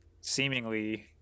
seemingly